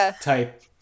Type